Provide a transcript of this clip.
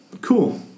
Cool